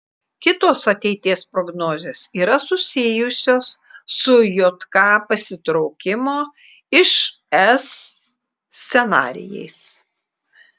kitos ateities prognozės yra susijusios su jk pasitraukimo iš es scenarijais